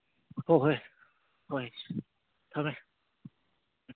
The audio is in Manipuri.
ꯍꯣꯏ ꯍꯣꯏ ꯍꯣꯏ ꯊꯝꯃꯦ